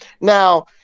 Now